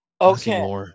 Okay